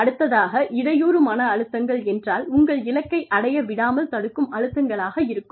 அடுத்ததாக இடையூறு மன அழுத்தங்கள் என்றால் உங்கள் இலக்கை அடையவிடாமல் தடுக்கும் அழுத்தங்களாக இருக்கும்